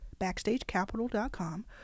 Backstagecapital.com